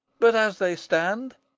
but, as they stand,